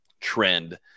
trend